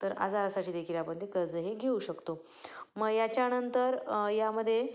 तर आजारासाठी देखील आपण ते कर्ज हे घेऊ शकतो मग याच्यानंतर यामध्ये